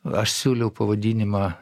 aš siūliau pavadinimą